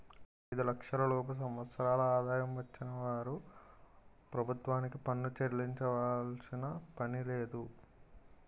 ఐదు లక్షల లోపు సంవత్సరాల ఆదాయం వచ్చిన వారు ప్రభుత్వానికి పన్ను చెల్లించాల్సిన పనిలేదు